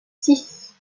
six